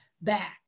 back